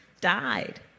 died